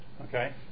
okay